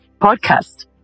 podcast